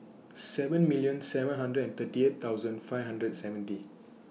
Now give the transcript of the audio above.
seven million seven hundred and thirty eight thousand five hundred and seventy